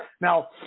now